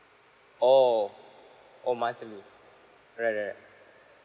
oh oh monthly right right right